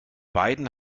beiden